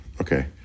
Okay